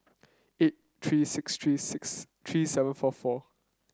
eight three six three six three seven four four